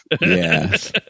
Yes